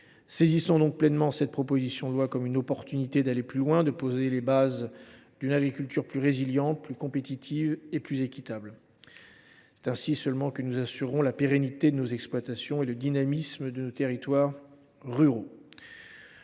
Saisissons pleinement cette proposition de loi comme une occasion d’aller plus loin, de poser les bases d’une agriculture plus résiliente, plus compétitive et plus équitable ! Ce n’est qu’ainsi que nous assurerons la pérennité de nos exploitations et le dynamisme de nos territoires ruraux.